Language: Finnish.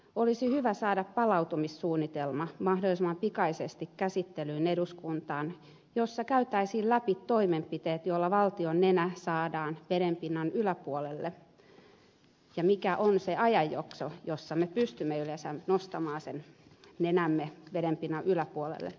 olisi hyvä saada mahdollisimman pikaisesti käsittelyyn eduskuntaan palautumissuunnitelma jossa käytäisiin läpi toimenpiteet joilla valtion nenä saadaan vedenpinnan yläpuolelle ja se mikä on se ajanjakso jonka kuluessa me pystymme yleensä nostamaan sen nenämme vedenpinnan yläpuolelle